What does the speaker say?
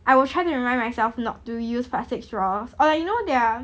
I will try to remind myself not to use plastic straws or like you know there are